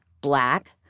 Black